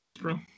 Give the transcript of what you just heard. bro